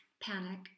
panic